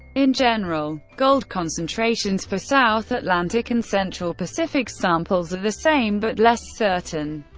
in general, gold concentrations for south atlantic and central pacific samples are the same, but less certain.